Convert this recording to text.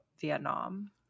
vietnam